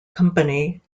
company